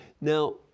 Now